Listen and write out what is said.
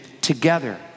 together